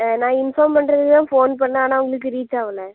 நான் இன்ஃபார்ம் பண்ணுறதுக்குதான் ஃபோன் பண்ணிணேன் ஆனால் உங்களுக்கு ரீச் ஆகல